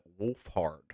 Wolfhard